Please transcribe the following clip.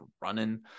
running